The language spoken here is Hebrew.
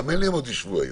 האמן לי, הם עוד יישבו היום.